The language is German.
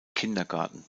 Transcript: kindergarten